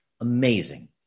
amazing